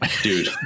Dude